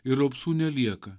ir raupsų nelieka